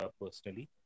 personally